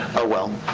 oh well.